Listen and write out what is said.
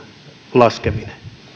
laskeminen